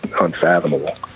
unfathomable